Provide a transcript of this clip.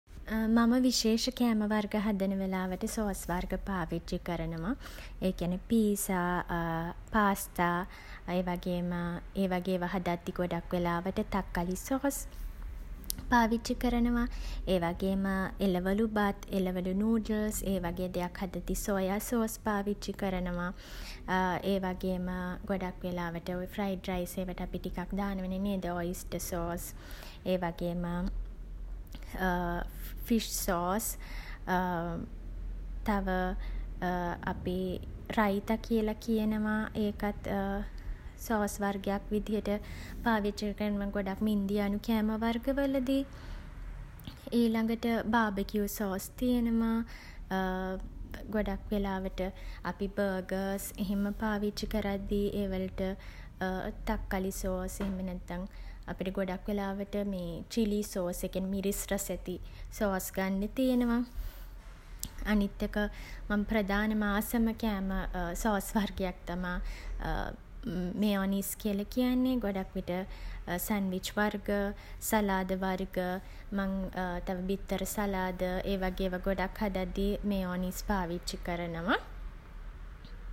මම විශේෂ කෑම වර්ග හදන වෙලාවට සෝස් වර්ග පාවිච්චි කරනවා. ඒ කියන්නේ පීසා පාස්තා ඒ වගේම ඒ වගේ ඒවා හදද්දී ගොඩක් වෙලාවට තක්කලි සෝස් පාවිච්චි කරනවා. ඒ වගේම එළවලු බත් එළවලු නූඩ්ල්ස් ඒවගේ දෙයක් හදද්දී සෝයා සෝස් පාවිච්චි කරනවා. ඒ වගේම ගොඩක් වෙලාවට ඔය ෆ්‍රයිඩ් රයිස් ඒවට අපි ටිකක් දානවනේ නේද? ඔයිස්ටර් සෝස් ඒ වගේම ෆිෂ් සෝස් තව අපි රයිතා කියල කියනවා ඒකත් සෝස් වර්ගයක් විදිහට පාවිච්චි කරනවා ගොඩක්ම ඉන්දියානු කෑම වර්ග වලදී ඊළගට බාබකියු සෝස් තියනවා ගොඩක් වෙලාවට අපි බර්ගර්ස් එහෙම පාවිච්චි කරද්දී ඒවලට තක්කාලි සෝස් එහෙම නැත්තම් අපිට ගොඩක් වෙලාවට මේ චිලී සෝස් ඒ කියන්නේ මිරිස් රසැති සෝස් ගන්න තියෙනවා. අනිත් එක මං ප්‍රධානම ආසම කෑම සෝස් වර්ගයක් තමා මෙයෝනීස් කියල කියන්නේ. ගොඩක් විට සැන්විච් වර්ග සලාද වර්ග මං තව බිත්තර සලාද ඒ වගේ ඒවා ගොඩක් හදද්දී මෙයෝනීස් පාවිච්චි කරනවා.